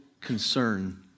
concern